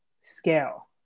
scale